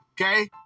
okay